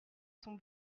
son